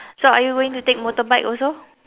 so are you going to take motorbike also